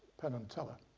penn and teller.